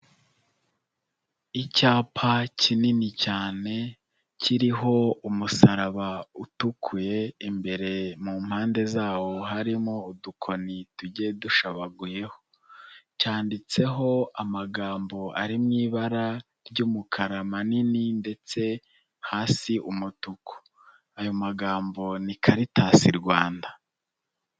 Icyapa kinini cyane kiriho umusaraba utukuye, imbere mu mpande zawo harimo udukoni tugiye dushabaguyeho, cyanditseho amagambo ari mu ibara ry'umukara manini ndetse hasi umutuku, ayo magambo ni Karitasi Rwanda.